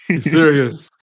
Serious